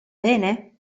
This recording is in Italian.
bene